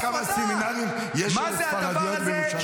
אתה יודע כמה סמינרים יש לספרדיות בירושלים?